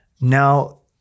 now